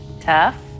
tough